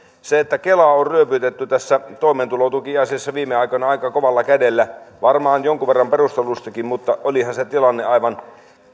kelaa on ryöpytetty tässä toimeentulotukiasiassa viime aikoina aika kovalla kädellä varmaan jonkun verran perustellustikin mutta olihan se tilanne aivan